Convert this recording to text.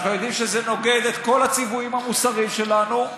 אנחנו יודעים שזה נוגד את כל הציוויים המוסריים שלנו,